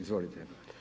Izvolite.